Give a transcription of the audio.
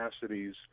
capacities